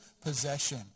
possession